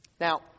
Now